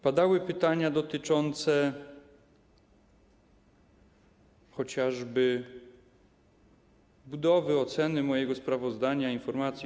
Padały pytania dotyczące chociażby budowy, oceny mojego sprawozdania, informacji.